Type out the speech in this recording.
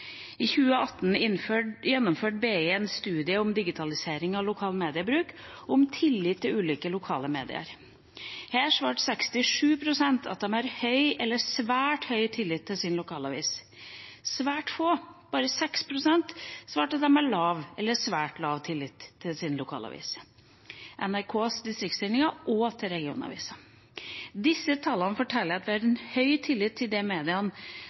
I 2018 gjennomførte BI en studie om digitalisering av lokal mediebruk og tillit til ulike lokale medier. Her svarte 67 pst. at de hadde høy eller svært høy tillit til sin lokalavis. Svært få, bare 6 pst., svarte at de hadde lav eller svært lav tillit til sin lokalavis, til NRKs distriktssendinger og til regionaviser. Disse tallene forteller at vi har høy tillit til de mediene